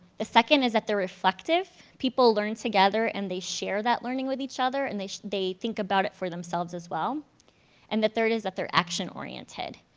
the second is that they're reflective, people learn together and they share that learning with each other and they they think about it for themselves as well and the third is that they're action oriented.